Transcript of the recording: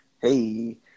Hey